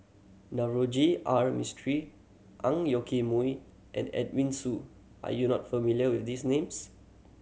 Navroji R Mistri Ang Yoke Mooi and Edwin Siew are you not familiar with these names